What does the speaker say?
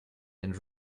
and